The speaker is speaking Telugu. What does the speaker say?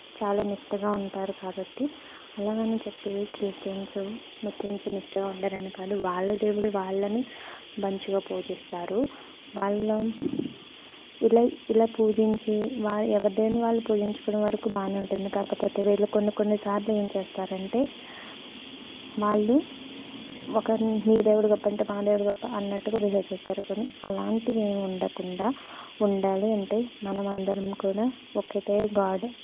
చాలా నిష్టగా ఉంటారు కాబట్టి అలా అని చెప్పి క్రిస్టియన్స్ ముస్లిమ్స్ నిష్టగా ఉండరని కాదు వాళ్ళ దేవుడే వాళ్ళని మంచిగా పూజిస్తారు వాళ్ళు ఇలా ఇలా పూజించే వారు ఎవరి దేవుని వాళ్ళు పూజించుకోవడం వరకు బాగానే ఉంటుంది కాకపోతే వీళ్ళు కొన్ని కొన్ని సార్లు ఏం చేస్తారంటే వాళ్ళు ఒక మీ దేవుడు గొప్ప మా దేవుడు గొప్ప అన్నట్టుగా బిహేవ్ చేస్తారు కొన్ని అలాంటివి ఏం ఉండకుండా ఉండాలి అంటే మనమందరం కూడా ఒకటే గాడ్